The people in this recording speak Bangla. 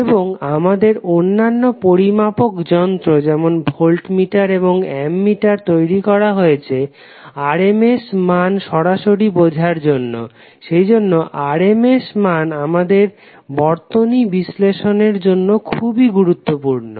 এবং আমাদের অন্যান্য পরিমাপক যন্ত্র যেমন ভোল্টমিটার এবং অ্যামমিটার তৈরি করা হয়েছে RMS মান সরাসরি বোঝার জন্য সেইজন্য RMS মান আমাদের বর্তনী বিশ্লেষণের জন্য খুবই গুরুত্বপূর্ণ